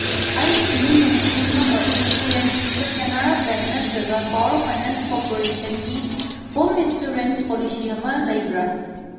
ꯑꯩꯒꯤ ꯏꯃꯨꯡ ꯃꯅꯨꯡ ꯄꯨꯝꯅꯃꯛ ꯏꯟꯁꯨꯔꯦꯟꯁ ꯄꯤꯕ ꯀꯦꯅꯥꯔꯥ ꯕꯦꯡ ꯅꯠꯇ꯭ꯔꯒ ꯄꯋꯥꯔ ꯐꯥꯏꯅꯥꯟꯁ ꯀꯣꯔꯄꯣꯔꯦꯁꯟꯒꯤ ꯍꯣꯝ ꯏꯟꯁꯨꯔꯦꯟꯁ ꯄꯣꯂꯤꯁꯤ ꯑꯃ ꯂꯩꯕ꯭ꯔꯥ